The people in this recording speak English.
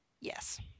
Yes